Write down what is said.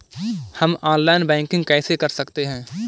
हम online banking कैसे कर सकते हैं?